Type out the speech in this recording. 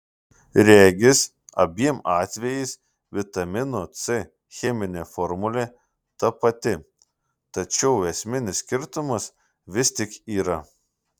regis abiem atvejais vitamino c cheminė formulė ta pati tačiau esminis skirtumas vis tik yra